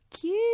cute